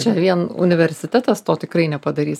čia ir vien universitetas to tikrai nepadarys